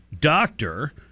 doctor